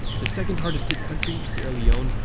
the second hardest-hit country, sierra leone,